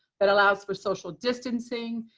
that allows for social distancing,